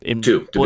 Two